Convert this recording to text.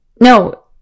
No